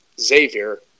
Xavier